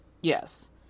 Yes